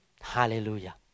Hallelujah